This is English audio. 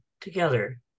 together